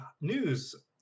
News